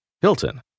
Hilton